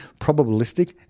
probabilistic